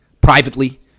privately